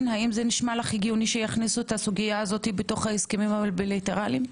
- שיכניסו את הסוגיה הזאת בהסכמים הבליטריאליים?